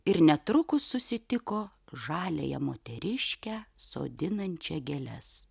ir netrukus susitiko žaliąją moteriškę sodinančią gėles